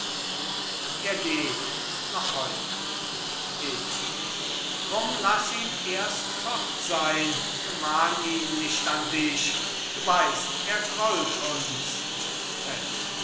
er geht noch heute hedwig drum lasst ihn erst fort sein gemahn ihn nicht an dich du weisst er grollt uns